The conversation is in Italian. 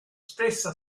stessa